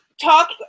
Talk